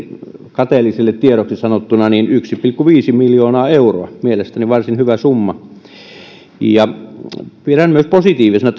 kateellisille tiedoksi sanottuna yksi pilkku viisi miljoonaa euroa mielestäni varsin hyvä summa pidän positiivisena